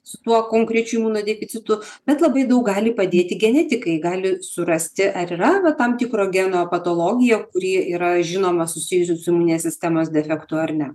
su tuo konkrečiu imunodeficitu bet labai daug gali padėti genetikai gali surasti ar yra va tam tikro geno patologija kuri yra žinoma susijusi su imuninės sistemos defektu ar ne